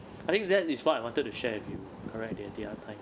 I think that is what I wanted to share with you correct the other time